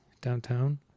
downtown